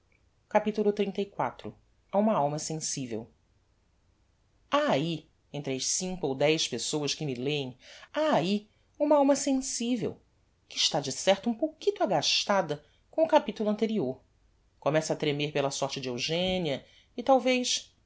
xxxiv a uma alma sensivel ha ahi entre as cinco ou dez pessoas que me leem ha ahi uma alma sensivel que está de certo um pouquito agastada com o capitulo anterior começa a tremer pela sorte de eugenia e talvez